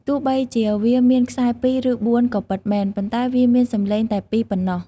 ទោះបីជាវាមានខ្សែ២ ឬ ៤ ក៏ពិតមែន ប៉ុន្តែវាមានសំនៀងតែ ២ ប៉ុណ្ណោះ។